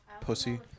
Pussy